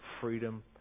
freedom